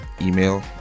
email